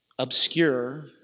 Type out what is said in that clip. obscure